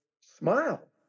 smile